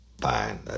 fine